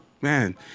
man